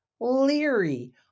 leery